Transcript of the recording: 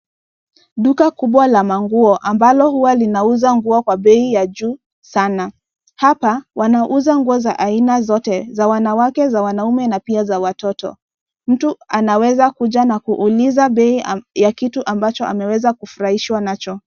Duka kubwa la manguo ambalo huwa linauza nguo kwa bei ya juu sana, hapa wanauza nguo za aina zote za wanawake ,za wanaume na pia za watoto ,mtu anaweza kuja na kuuliza bei ya kitu ambacho ameweza kufurahishwa nacho.